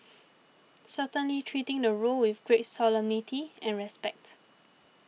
certainly treating the role with great solemnity and respect